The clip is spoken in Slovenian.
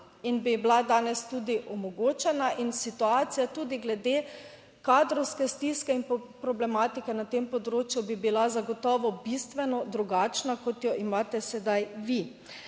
in bi bila danes tudi omogočena. In situacija tudi glede kadrovske stiske in problematike na tem področju bi bila zagotovo bistveno drugačna kot jo imate sedaj vi,